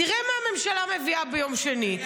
תראה מה הממשלה מביאה ביום שני,